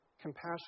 compassion